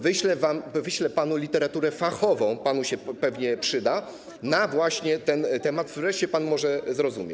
Wyślę wam, wyślę panu literaturę fachową, panu się pewnie przyda, właśnie na ten temat, wreszcie pan może zrozumie.